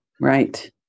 right